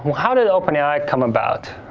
how did open ai come about?